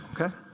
okay